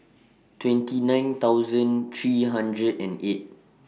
twenty nine thousand three hundred and eight